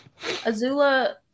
Azula